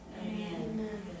Amen